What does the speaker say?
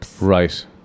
right